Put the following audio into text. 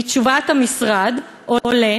מתשובת המשרד עולה